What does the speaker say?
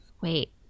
Wait